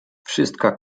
wszystka